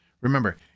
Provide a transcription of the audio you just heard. Remember